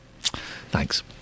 Thanks